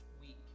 week